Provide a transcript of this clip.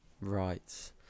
right